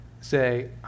say